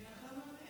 כי אתה מטעה.